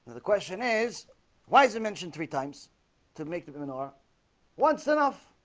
the question is why is it mentioned three times to make the the menorah once enough?